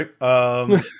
right